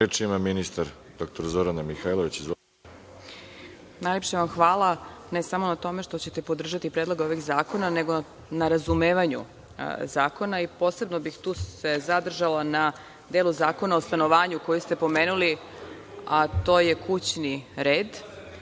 Izvolite. **Zorana Mihajlović** Najlepše vam hvala, ne samo na tome što ćete podržati predlog ovih zakona, nego na razumevanju zakona i posebno bih se tu zadržala na delu Zakona o stanovanju koji ste pomenuli, a to je kućni red.U